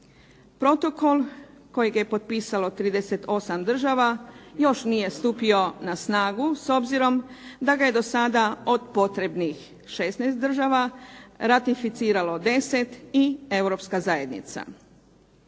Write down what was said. Protokol kojeg je potpisalo 38 država još nije stupio na snagu, s obzirom da ga je do sada od potrebnih 16 država, ratificiralo 10 i Europska zajednica.